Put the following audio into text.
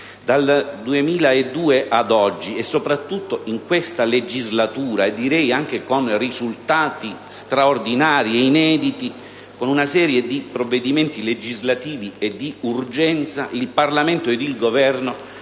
Dal 2002 ad oggi - e soprattutto in questa legislatura, direi anche con risultati straordinari e inediti - con una serie di provvedimenti legislativi e di urgenza, il Parlamento e il Governo